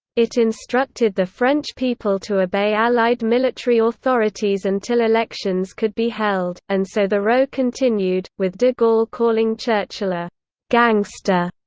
it instructed instructed the french people to obey allied military authorities until elections could be held, and so the row continued, with de gaulle calling churchill a gangster.